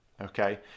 okay